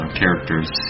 characters